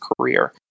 career